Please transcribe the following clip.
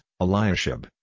Eliashib